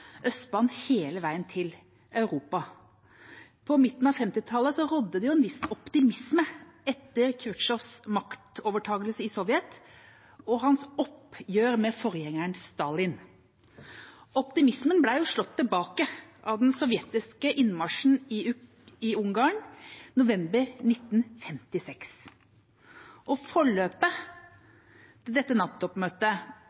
hele veien til Europa. På midten av 1950-tallet rådde det en viss optimisme etter Khrusjtsjovs maktovertakelse i Sovjet og hans oppgjør med forgjengeren Stalin. Optimismen ble slått tilbake av den sovjetiske innmarsjen i Ungarn november 1956.